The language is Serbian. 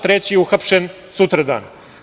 Treći je uhapšen sutradan.